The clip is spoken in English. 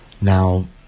now